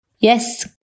Yes